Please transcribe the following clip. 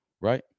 right